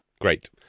Great